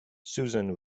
susan